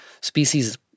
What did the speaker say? Species